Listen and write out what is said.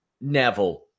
Neville